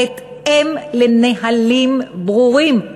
בהתאם לנהלים ברורים,